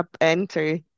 enter